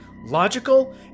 Logical